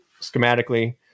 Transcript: schematically